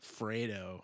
Fredo